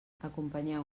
acompanyeu